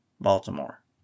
Baltimore